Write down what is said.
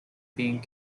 being